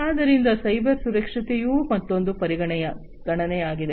ಆದ್ದರಿಂದ ಸೈಬರ್ ಸುರಕ್ಷತೆಯೂ ಮತ್ತೊಂದು ಪರಿಗಣನೆಯಾಗಿದೆ